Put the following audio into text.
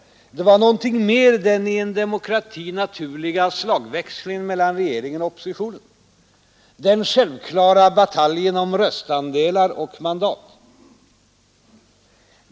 Men det var någonting mer än den i en demokrati naturliga slagväxlingen mellan regeringen och oppositionen, den självklara bataljen om röstandelar och mandat.